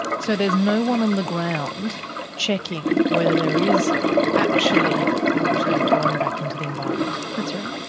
so there's no one on the ground checking whether there is actually water going back into the environment? that's right.